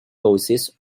voices